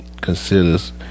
considers